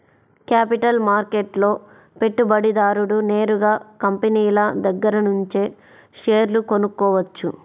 capital మార్కెట్లో పెట్టుబడిదారుడు నేరుగా కంపినీల దగ్గరనుంచే షేర్లు కొనుక్కోవచ్చు